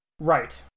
Right